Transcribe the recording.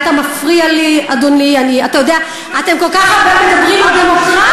את מסיתה ואת משקרת.